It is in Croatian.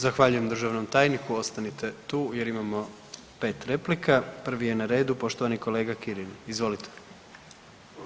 Zahvaljujem državnom tajniku, ostanite tu jer imamo 5 replika, prvi je na redu poštovani kolega Kirin, izvolite.